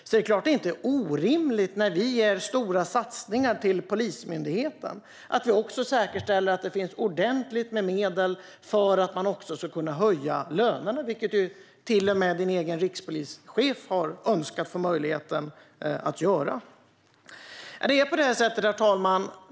Det är klart att det inte är orimligt när vi ger stora satsningar till Polismyndigheten att vi också säkerställer att det finns ordentligt med medel för att man också ska kunna höja lönerna, vilket till och med justitie och inrikesministerns egen rikspolischef har önskat få möjligheten att göra. Herr talman!